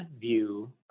view